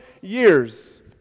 years